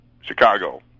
Chicago